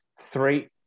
three